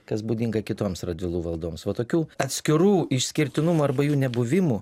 kas būdinga kitoms radvilų valdoms va tokių atskirų išskirtinumo arba jų nebuvimų